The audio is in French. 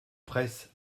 presse